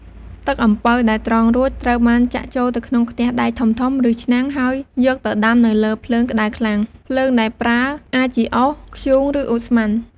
ទឹកអំពៅដែលត្រងរួច ត្រូវបានចាក់ចូលទៅក្នុងខ្ទះដែកធំៗ ឬឆ្នាំង ហើយយកទៅដាំនៅលើភ្លើងក្ដៅខ្លាំង។ ភ្លើងដែលប្រើអាចជាអុស ធ្យូង ឬឧស្ម័ន។